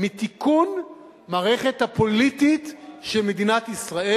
מתיקון המערכת הפוליטית של מדינת ישראל.